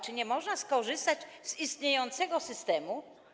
Czy nie można skorzystać z istniejącego systemu?